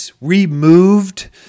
removed